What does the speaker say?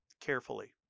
carefully